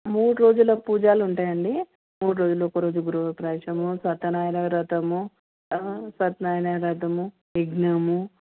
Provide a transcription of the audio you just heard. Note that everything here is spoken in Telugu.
మూడు రోజుల పూజలు ఉంటాయండి మూడు రోజులు ఒకరోజు గృహప్రవేశం సత్యనారాయణ వ్రతము సత్యనారాయణ వ్రతము యజ్ఞము